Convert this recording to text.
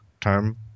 term